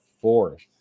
fourth